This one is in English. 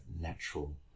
natural